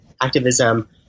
activism